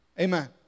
Amen